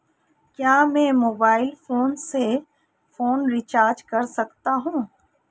क्या मैं mobile phone से फोन रिचार्ज कर सकता हूं?